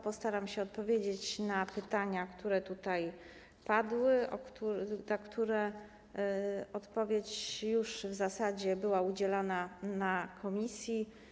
Postaram się odpowiedzieć na pytania, które tutaj padły, na które odpowiedź już w zasadzie była udzielona w komisji.